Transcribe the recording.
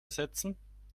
setzen